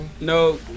No